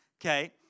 okay